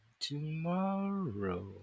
tomorrow